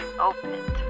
Opened